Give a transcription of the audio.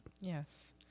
Yes